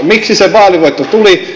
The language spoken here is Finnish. miksi se vaalivoitto tuli